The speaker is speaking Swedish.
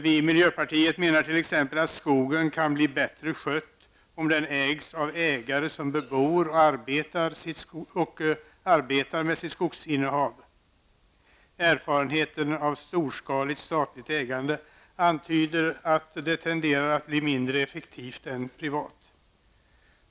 Vi i miljöpartiet menar t.ex. att skogen kan bli bättre skött om den ägs av ägare som bebor och arbetar med sitt skogsinnehav. Erfarenheten av storskaligt statligt ägande antyder att det tenderar att bli mindre effektivt än privat.